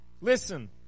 Listen